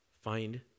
Find